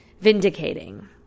vindicating